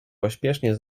pospiesznie